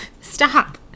Stop